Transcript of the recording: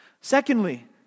Secondly